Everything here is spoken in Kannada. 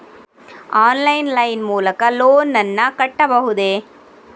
ಆನ್ಲೈನ್ ಲೈನ್ ಮೂಲಕ ಲೋನ್ ನನ್ನ ಕಟ್ಟಬಹುದೇ?